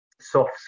Soft